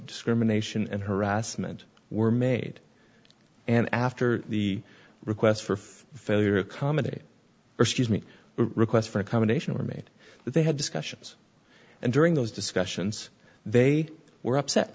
discrimination and harassment were made and after the requests for failure accommodate refuse me requests for accommodation were made but they had discussions and during those discussions they were upset